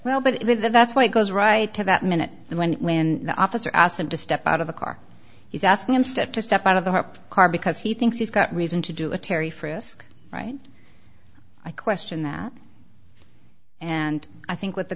well but it that's why it goes right to that minute when when the officer asked him to step out of the car he's asking him step to step out of the hopped car because he thinks he's got reason to do a terry frisk right i question that and i think what the